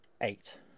eight